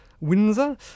Windsor